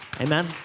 Amen